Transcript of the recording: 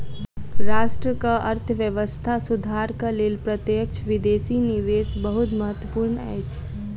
राष्ट्रक अर्थव्यवस्था सुधारक लेल प्रत्यक्ष विदेशी निवेश बहुत महत्वपूर्ण अछि